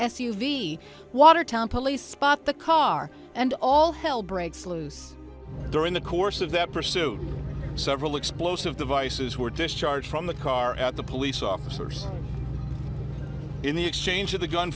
v watertown police spot the car and all hell breaks loose during the course of that pursuit several explosive devices were discharged from the car at the police officers in the exchange of the